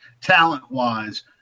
talent-wise